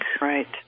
Right